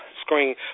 screen